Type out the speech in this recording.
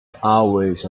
always